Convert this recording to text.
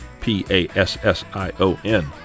p-a-s-s-i-o-n